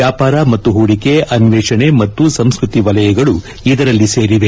ವ್ಯಾಪಾರ ಮತ್ತು ಪೂಡಿಕೆ ಅನ್ನೇಷಣೆ ಮತ್ತು ಸಂಸ್ಕತಿ ವಲಯಗಳೂ ಇದರಲ್ಲಿ ಸೇರಿವೆ